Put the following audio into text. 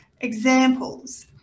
examples